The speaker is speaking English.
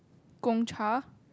Gong-Cha